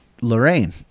lorraine